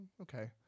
Okay